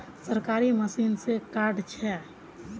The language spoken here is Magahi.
सरकारी मशीन से कार्ड छै?